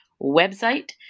website